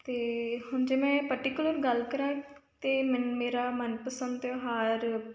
ਅਤੇ ਹੁਣ ਜੇ ਮੈਂ ਪਰਟੀਕੁਲਰ ਗੱਲ ਕਰਾਂ ਤਾਂ ਮਨ ਮੇਰਾ ਮਨਪਸੰਦ ਤਿਉਹਾਰ